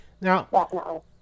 Now